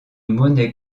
monnaie